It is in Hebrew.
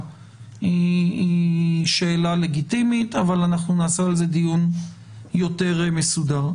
היא שאלה לגיטימית אבל אנחנו נעשה על זה דיון יותר מסודר.